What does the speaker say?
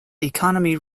economy